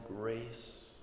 grace